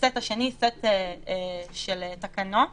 הסט השני, סט של תקנות